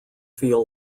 feel